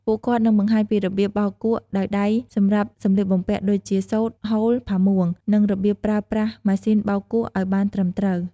ពួកគាត់នឹងបង្ហាញពីរបៀបបោកគក់ដោយដៃសម្រាប់សម្លៀកបំពាក់ ដូចជាសូត្រ ហូល ផាមួង និងរបៀបប្រើប្រាស់ម៉ាស៊ីនបោកគក់ឲ្យបានត្រឹមត្រូវ។